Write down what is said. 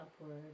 upward